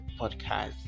Podcast